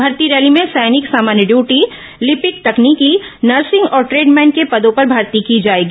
भर्ती रैली में सैनिक सामान्य डयूटी लिपिक तकनीकी नर्सिंग और ट्रेडमैन के पदों पर भर्ती की जाएगी